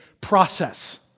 process